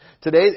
today